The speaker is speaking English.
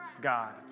God